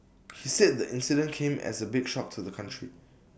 he said the incident came as A big shock to the country